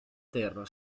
terra